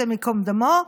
השם ייקום דמו,